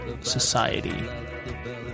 society